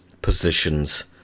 positions